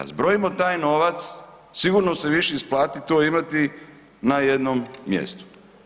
Kad zbrojimo taj novac sigurno se više isplati to imati na jednom mjestu.